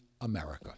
America